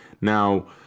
Now